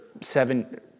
seven